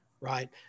right